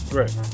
right